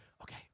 Okay